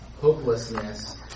hopelessness